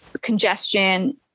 congestion